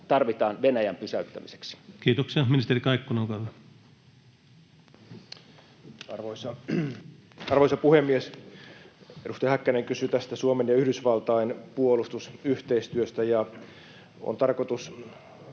tarvitaan Venäjän pysäyttämiseksi Kiitoksia. — Ministeri Kaikkonen, olkaa hyvä. Arvoisa puhemies! Edustaja Häkkänen kysyi Suomen ja Yhdysvaltain puolustusyhteistyöstä: On tarkoitus